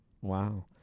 Wow